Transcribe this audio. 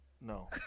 no